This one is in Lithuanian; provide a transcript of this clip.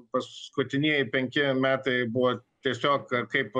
paskutinieji penki metai buvo tiesiog kaip